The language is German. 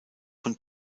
von